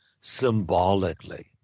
symbolically